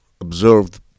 observed